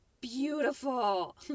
beautiful